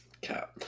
Cap